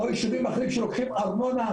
עוד ישובים אחרים שלוקחים ארנונה,